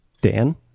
Dan